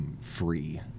Free